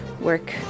work